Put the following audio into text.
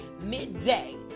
midday